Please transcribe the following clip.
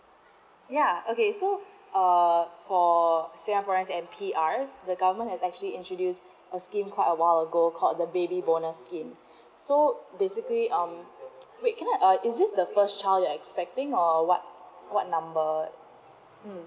ya okay so uh for singaporeans and P_Rs the government has actually introduced a scheme quite a while ago called the baby bonus scheme so basically um wait can I uh is this the first child you're expecting or what what number mm